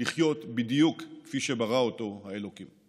לחיות בדיוק כפי שברא אותו האלוקים.